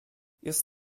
jest